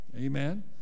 Amen